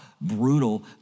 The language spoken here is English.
brutal